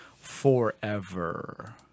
forever